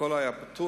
הכול היה פתוח,